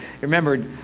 Remember